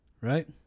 right